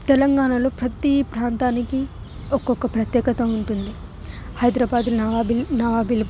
తెలంగాణలో ప్రతి ప్రాంతానికి ఒక్కొక్క ప్రత్యేకత ఉంటుంది హైదరాబాద్ నాభిల్ నాహోభిలం